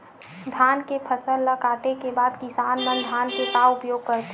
धान के फसल ला काटे के बाद किसान मन धान के का उपयोग करथे?